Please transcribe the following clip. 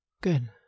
Good